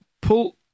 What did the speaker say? pull